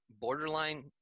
borderline